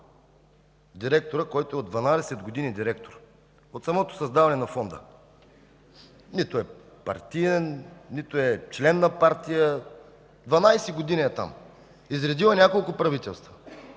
директора, който е от 12 години, от самото създаване на Фонда. Нито е партиен, нито е член на партия. Дванадесет години е там. Изредил е няколко правителства,